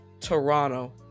Toronto